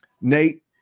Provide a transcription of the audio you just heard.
Nate